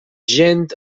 gent